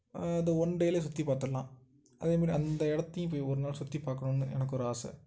அது ஒன் டேலே சுற்றி பாத்துடலாம் அதேமாரி அந்த இடத்தையும் போய் ஒரு நாள் சுற்றி பார்க்கணுன்னு எனக்கு ஒரு ஆசை